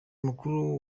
mukuru